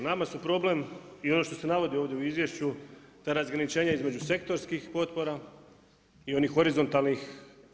Nama su problem, i ono što se navodi ovdje u izvješću ta razgraničenja između sektorskih potpora i onih horizontalnih.